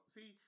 See